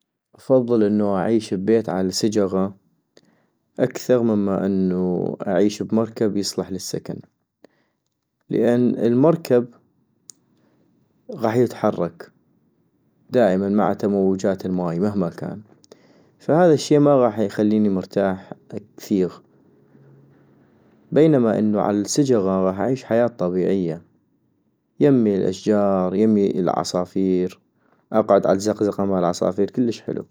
افضل انو أعيش ابيت عالسجغة اكثغ مما انو اعيش بمركب يصلح للسكن - لان المركب غاح يتحرك دائما مع الموجات الماي مهما كان، فهذا الشي ما غاح يخليني مرتاح كثيغ - بينما انو عالسجغة غاح أعيش حياة طبيعية يمي الاشجار يمي العصافير ، اقعد عالزقزقة مال عصافير كلش حلو